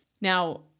Now